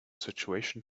situation